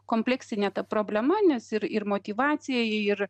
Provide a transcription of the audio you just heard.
kompleksinė ta problema nes ir ir motyvacija ir